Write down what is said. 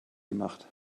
gemacht